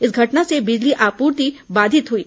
इस घटना से बिजली आपूर्ति बाधित हुई है